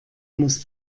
muss